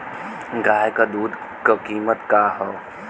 गाय क दूध क कीमत का हैं?